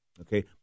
okay